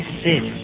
sit